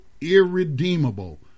irredeemable